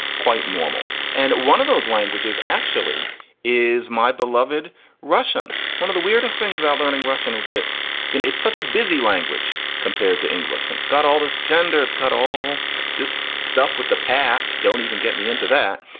quite normal. and one of those languages actually is my beloved russian. one of the weirdest things about learning russian is that it's such a busy language compared to english and got all this gender. it's got all all this stuff with the past. don't even get me into that.